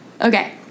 okay